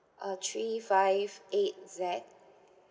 uh three five eight Z